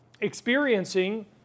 experiencing